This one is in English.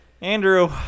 Andrew